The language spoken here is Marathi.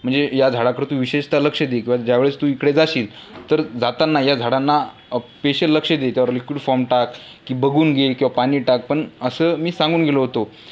म्हणजे या झाडाकडं तू विशेषत लक्ष दे किंवा ज्या वेळेस तू इकडे जाशील तर जाताना या झाडांना पेशल लक्ष दे त्यावर लिक्विड फॉर्म टाक की बघून घेईन किंवा पाणी टाक पण असं मी सांगून गेलो होतो